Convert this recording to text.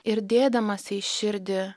ir dėdamasi į širdį